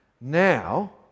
now